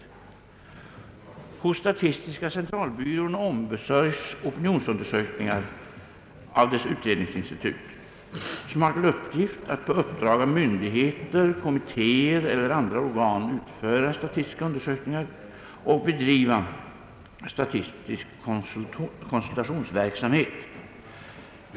Hos statistiska centralbyrån ombesörjs opinionsundersökningarna av dess utredningsinstitut, som har till uppgift att på uppdrag av myndigheter, kommittéer eller andra organ utföra statistiska undersökningar och bedriva statistisk konsultationsverksam het.